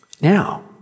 Now